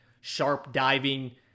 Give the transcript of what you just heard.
sharp-diving